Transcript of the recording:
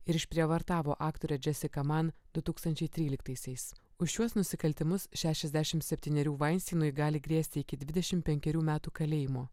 ir išprievartavo aktorę jessica mann du tūkstančiai tryliktaisiais už šiuos nusikaltimus šešiasdešimt septynerių veinsteinui gali grėsti iki dvidešim penkerių metų kalėjimo